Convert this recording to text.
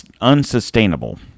unsustainable